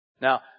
Now